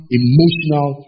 emotional